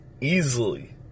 easily